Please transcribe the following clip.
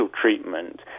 treatment